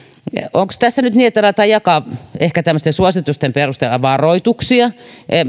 onko tässä nyt niin että aletaan jakaa ehkä tämmöisten suositusten perusteella varoituksia